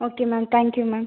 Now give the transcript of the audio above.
okay ma'am thank you ma'am